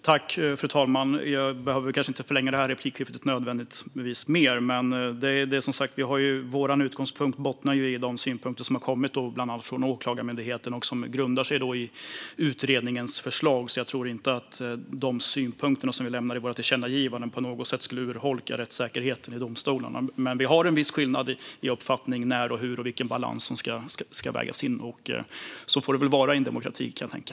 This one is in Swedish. Fru talman! Jag behöver kanske inte nödvändigtvis förlänga detta replikskifte ytterligare. Vår utgångspunkt bottnar som sagt i de synpunkter som har kommit från bland annat Åklagarmyndigheten och som grundar sig i utredningens förslag. Jag tror inte att de synpunkter som vi lämnar i vårt tillkännagivande på något sätt skulle urholka rättssäkerheten i domstolarna. Men vi har en i viss mån skild uppfattning om när och hur och vilken balans som ska vägas in. Så får det väl vara i en demokrati, kan jag tänka.